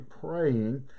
praying